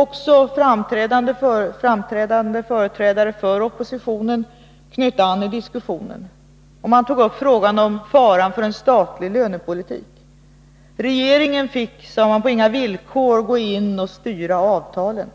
Också framträdande företrädare för oppositionen knöt an till den diskussionen. Man tog upp faran för en statlig lönepolitik. Regeringen fick, sade man, på inga villkor gå in och styra avtalen.